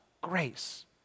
Grace